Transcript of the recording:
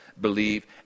believe